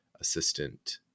assistant